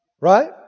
right